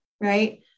right